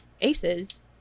aces